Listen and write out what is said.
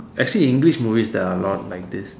actually English movies there are a lot like this